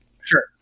sure